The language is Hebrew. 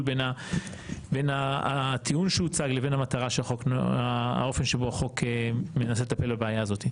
בין הטיעון שהוצג לבין האופן שבו החוק מנסה לטפל בבעיה הזאת.